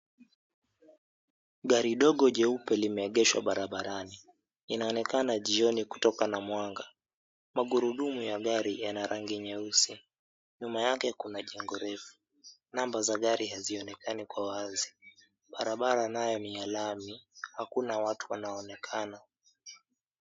Gari dogo jeupe limeegeshwa barabarani. Inaonekana jioni kutoka na mwanga. Magurudumu ya gari yana rangi nyeusi. Nyuma yake kuna jengo refu. Namba za gari hazionekani kwa wazi. Barabara nayo ni ya lami. Hakuna watu wanaonekana.